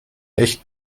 echt